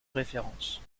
références